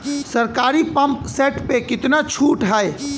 सरकारी pump set प कितना छूट हैं?